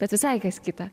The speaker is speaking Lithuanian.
bet visai kas kita